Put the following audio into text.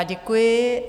Děkuji.